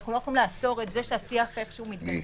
ואנחנו לא יכולים לאסור את זה שהשיח איכשהו מתגלגל.